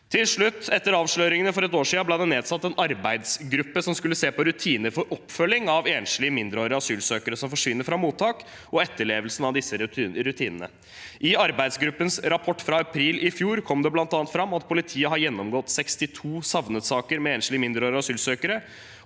Til slutt: Etter avsløringene for et år siden ble det nedsatt en arbeidsgruppe som skulle se på rutiner for oppfølging av enslige mindreårige asylsøkere som forsvinner fra mottak, og etterlevelsen av disse rutinene. I arbeidsgruppens rapport fra april i fjor kom det bl.a. fram at politiet har gjennomgått 62 savnetsaker med enslige mindreårige asylsøkere,